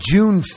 June